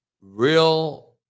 Real